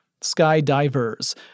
Skydivers